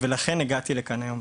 ולכן הגעתי לכאן היום.